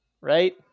Right